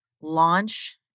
launch